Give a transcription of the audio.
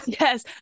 Yes